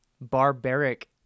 barbaric